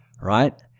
right